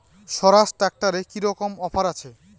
স্বরাজ ট্র্যাক্টরে কি রকম অফার আছে?